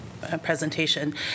presentation